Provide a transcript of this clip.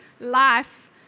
life